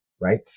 right